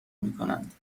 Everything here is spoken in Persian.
میکنند